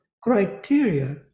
criteria